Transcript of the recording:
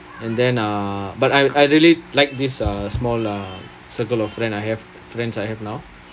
and then uh but I I really like this uh small uh circle of friend I have friends I have now